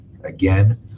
Again